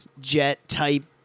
jet-type